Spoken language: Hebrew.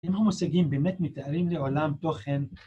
אם אנחנו מושגים באמת מתארים לעולם תוכן